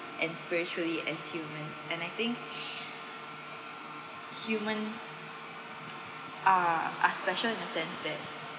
and spiritually as humans and I think humans are are specially in a sense that